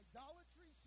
Idolatry